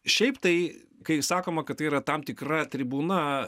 šiaip tai kai sakoma kad tai yra tam tikra tribūna